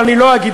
אבל אני לא אגיד,